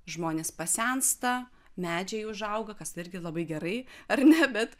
žmonės pasensta medžiai užauga kas irgi labai gerai ar ne bet